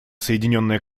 соединенное